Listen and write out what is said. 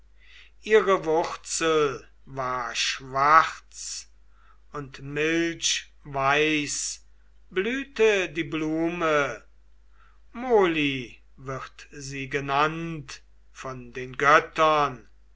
ihre wurzel war schwarz und milchweiß blühte die blume moly wird sie genannt von den göttern